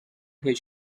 his